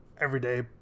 everyday